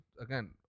again